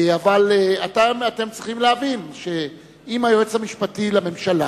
אבל אתם צריכים להבין שאם היועץ המשפטי לממשלה,